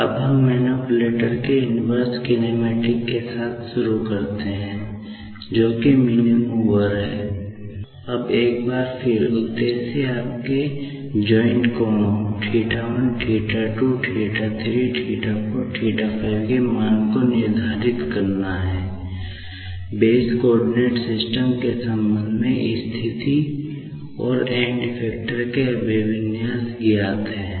अब हम इस मैनीपुलेटर ज्ञात हैं